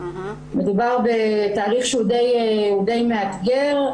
מדובר בתהליך שהוא די מאתגר,